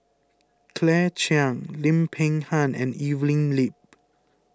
Claire Chiang Lim Peng Han and Evelyn Lip